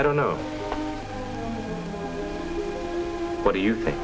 i don't know what do you think